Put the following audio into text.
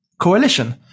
coalition